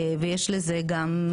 ויש לזה גם,